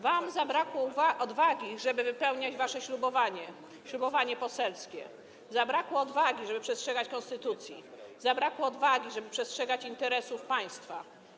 Wam zabrakło odwagi, żeby wypełnić wasze ślubowanie, ślubowanie poselskie, zabrakło odwagi, żeby przestrzegać konstytucji, zabrakło odwagi, żeby przestrzegać interesów państwa.